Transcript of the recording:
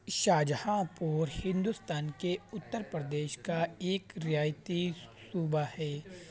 شاہ جہاں پور ہندوستان کے اتر پردیش کا ایک رعایتی صوبہ ہے